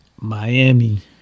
Miami